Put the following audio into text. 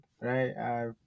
right